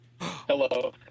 Hello